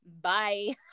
bye